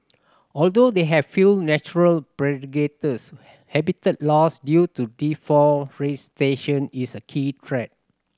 although they have few natural predators habitat loss due to deforestation is a key threat